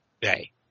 day